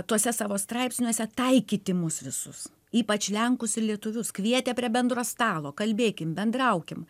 tuose savo straipsniuose taikyti mus visus ypač lenkus ir lietuvius kvietė prie bendro stalo kalbėkim bendraukim